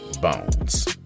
Bones